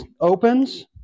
opens